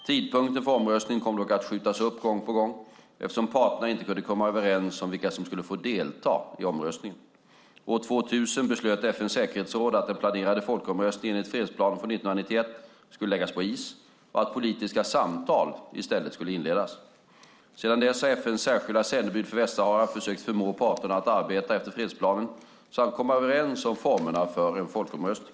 Tidpunkten för omröstningen kom dock att skjutas upp gång på gång eftersom parterna inte kunde komma överens om vilka som skulle få delta i folkomröstningen. År 2000 beslöt FN:s säkerhetsråd att den planerade folkomröstningen enligt fredsplanen från 1991 skulle läggas på is och att politiska samtal i stället skulle inledas. Sedan dess har FN:s särskilda sändebud för Västsahara försökt förmå parterna att arbeta efter fredsplanen samt komma överens om formerna för en folkomröstning.